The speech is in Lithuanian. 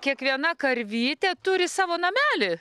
kiekviena karvytė turi savo namelį